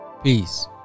peace